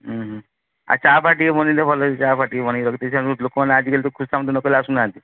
ଆଉ ଚା' ଫା ଟିକିଏ ବନେଇବେ ଭଲ କି ଚା ଫା ଟିକିଏ ବନେଇକି ରଖିଥିବେ ଲୋକମାନେ ଆଜିକାଲି ତ ଖୋସାମନ୍ତ ନକଲେ ଆସୁନାହାନ୍ତି